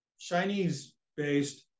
Chinese-based